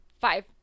five